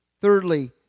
Thirdly